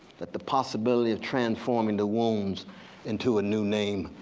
that the possibility of transforming the wounds into a new name,